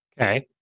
okay